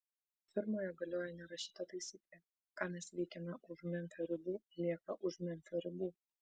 firmoje galioja nerašyta taisyklė ką mes veikiame už memfio ribų lieka už memfio ribų